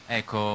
ecco